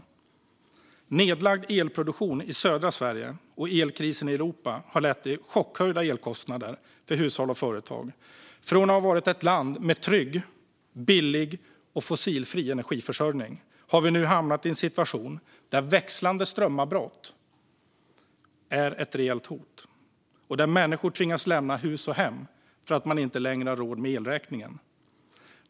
Nedlagd elproduktion i södra Sverige och elkrisen i Europa har lett till chockhöjda elkostnader för hushåll och företag. Från att ha varit ett land med trygg, billig och fossilfri energiförsörjning har vi nu hamnat i en situation där återkommande strömavbrott är ett reellt hot och där människor tvingas lämna hus och hem för att de inte längre har råd med elräkningen. Fru talman!